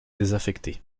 désaffectée